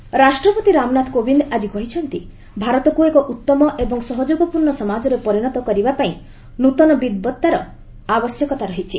ପ୍ରେଜ୍ ଇନୋଭେସନ୍ ରାଷ୍ଟ୍ରପତି ରାମନାଥ କୋବିନ୍ଦ ଆଜି କହିଛନ୍ତି ଭାରତକୁ ଏକ ଉତ୍ତମ ଏବଂ ସହଯୋଗ ପୂର୍ଣ୍ଣ ସମାଜରେ ପରିଣତ କରିବା ପାଇଁ ନୃତନ ବିଦ୍ବତ୍ତାର ଆବଶ୍ୟକତା ରହିଛି